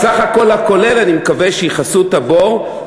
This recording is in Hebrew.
בסך הכול אני מקווה שיכסו את הבור,